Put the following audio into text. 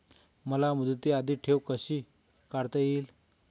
मला मुदती आधी ठेव कशी काढता येईल?